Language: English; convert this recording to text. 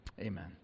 Amen